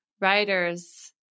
writers